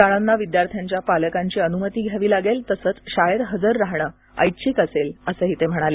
शाळांना विद्यार्थ्यांच्या पालकांची अनुमती घ्यावी लागेल तसंच शाळेत हजर राहणं ऐच्छिक असेल असंही ते म्हणाले